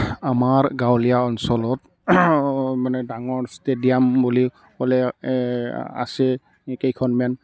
আমাৰ গাঁৱলীয়া অঞ্চলত মানে ডাঙৰ ষ্টেডিয়াম বুলি ক'লে আছে কেইখনমান